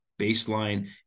baseline